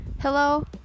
Hello